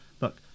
look